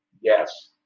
Yes